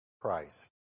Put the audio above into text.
Christ